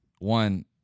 One